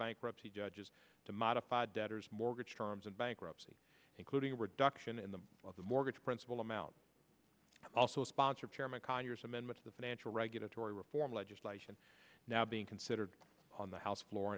bankruptcy judges to modify debtors mortgage terms and bankruptcy including a reduction in the of the mortgage principal amount also sponsor chairman conyers amendments the financial regulatory reform legislation now being considered on the house floor